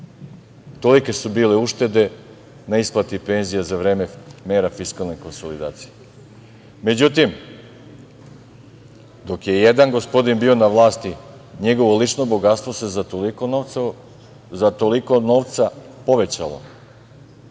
Tolike su bile uštede na isplati penzija za vreme mera fiskalne konsolidacije. Međutim, dok je jedan gospodin bio na vlasti, njegovo lično bogatstvo se za toliko novca povećalo. Ako